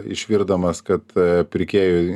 išvirdamas kad ee pirkėjui